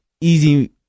easy